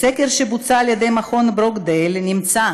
בסקר שבוצע על ידי מכון ברוקדייל נמצא